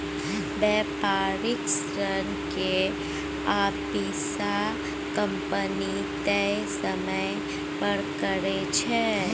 बेपारिक ऋण के आपिस कंपनी तय समय पर करै छै